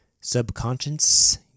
Subconscious